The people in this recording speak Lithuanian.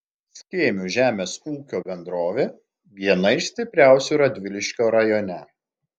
skėmių žemės ūkio bendrovė viena iš stipriausių radviliškio rajone